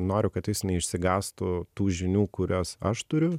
noriu kad jis neišsigąstų tų žinių kurias aš turiu